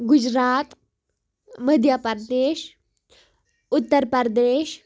Gujarat Madhya Pradesh Uttar Pradesh